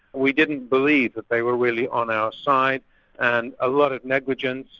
we didn't believe that they were really on our side and a lot of negligence,